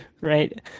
right